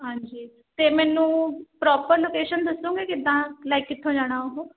ਹਾਂਜੀ ਅਤੇ ਮੈਨੂੰ ਪ੍ਰੋਪਰ ਲੋਕੇਸ਼ਨ ਦੱਸੋਗੇ ਕਿੱਦਾਂ ਲਾਈਕ ਕਿੱਥੋਂ ਜਾਣਾ ਉਹ